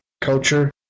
Culture